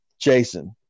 Jason